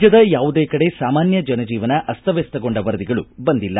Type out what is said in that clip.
ರಾಜ್ಯದ ಯಾವುದೇ ಕಡೆ ಸಾಮಾನ್ಯ ಜನಜೀವನ ಅಸ್ತವ್ಯಸ್ತಗೊಂಡ ವರದಿಗಳು ಬಂದಿಲ್ಲ